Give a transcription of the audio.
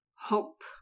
hope